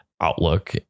outlook